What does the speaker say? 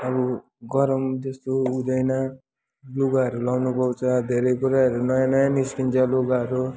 अब गरम जस्तो हुँदैन लुगाहरू लगाउनको चाहिँ धेरै कुराहरू नयाँ नयाँ निस्किन्छ लुगाहरू